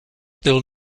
they’ll